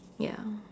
ya